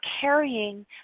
carrying